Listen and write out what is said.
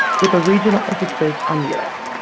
with a regional emphasis on europe.